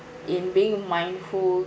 in being mindful